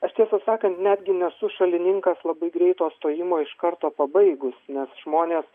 aš tiesą sakant netgi nesu šalininkas labai greito stojimo iš karto pabaigus nes žmonės